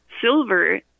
silver